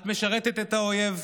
את משרתת את האויב.